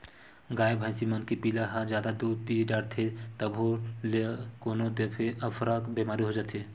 गाय भइसी मन के पिला ह जादा दूद पीय डारथे तभो ल कोनो दफे अफरा बेमारी हो जाथे